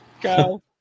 go